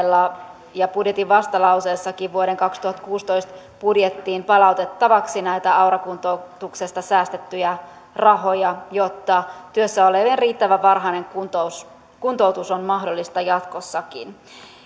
esittäneet talousarvioaloitteella ja budjetin vastalauseessakin vuoden kaksituhattakuusitoista budjettiin palautettavaksi näitä aura kuntoutuksesta säästettyjä rahoja jotta työssä olevien riittävän varhainen kuntoutus kuntoutus on mahdollista jatkossakin